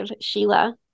Sheila